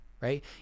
right